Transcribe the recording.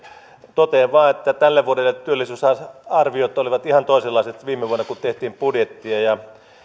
totean vain että tälle vuodelle työllisyysarviot olivat ihan toisenlaiset viime vuonna kun tehtiin budjettia ja ne